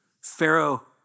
Pharaoh